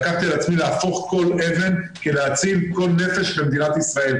לקחתי על עצמי להפוך כל אבן כדי להציל כל נפש במדינת ישראל.